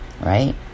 right